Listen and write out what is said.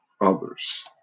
others